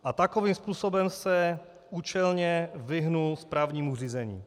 A takovým způsobem se účelně vyhnul správnímu řízení.